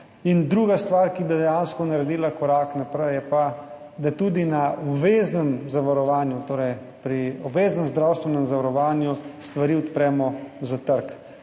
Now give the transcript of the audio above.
Druga stvar, ki bi dejansko naredila korak naprej, je pa, da tudi pri obveznem zdravstvenem zavarovanju stvari odpremo za trg,